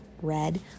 red